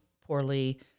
poorly